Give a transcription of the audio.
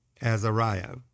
Azariah